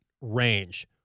range